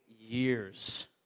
years